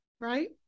Right